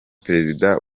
perezida